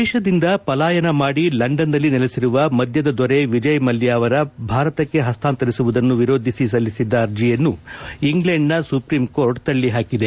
ದೇಶದಿಂದ ಪಲಾಯನ ಮಾಡಿ ಲಂಡನ್ನಲ್ಲಿ ನೆಲೆಸಿರುವ ಮಧ್ಯದ ದೊರೆ ವಿಜಯ ಮಲ್ಲ ಅವರ ಭಾರತಕ್ಕೆ ಹಸ್ತಾಂತರಿಸುವುದನ್ನು ವಿರೋಧಿಸಿ ಸಲ್ಲಿಸಿದ್ದ ಅರ್ಜಿಯನ್ನು ಇಂಗ್ಲೆಂಡ್ನ ಸುಪ್ರೀಂಕೋರ್ಟ್ ತಳ್ಳಹಾಕಿದೆ